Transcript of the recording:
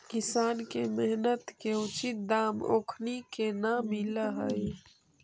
किसान के मेहनत के उचित दाम ओखनी के न मिलऽ हइ